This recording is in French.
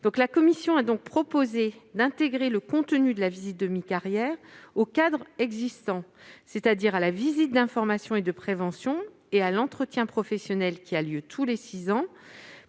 la commission a proposé d'intégrer le contenu de la visite de mi-carrière au cadre existant, c'est-à-dire à la visite d'information et de prévention et à l'entretien professionnel qui a lieu tous les six ans